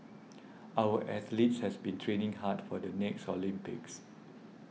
our athletes has been training hard for the next Olympics